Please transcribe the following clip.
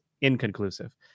inconclusive